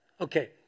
Okay